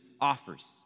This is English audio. offers